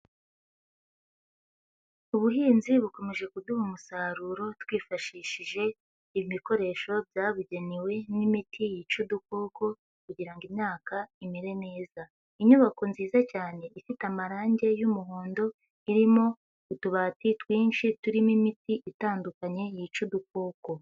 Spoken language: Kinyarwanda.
Ubuhinzi bukomeje kuduha umusaruro twifashishije ibikoresho byabugenewe n'imiti yica udukoko kugira ngo imyaka imere neza, inyubako nziza cyane ifite amarangi y'umuhondo irimo utubati twinshi turimo imiti itandukanye yica udukoko.